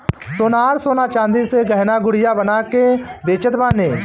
सोनार सोना चांदी से गहना गुरिया बना के बेचत बाने